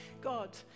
God